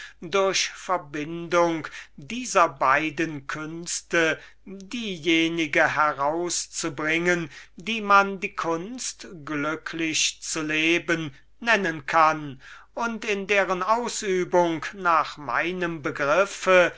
durch verbindung dieser beiden künste diejenige heraus zu bringen die man die kunst glücklich zu leben nennen kann und in deren würklichen ausübung nach meinem begriffe